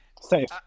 safe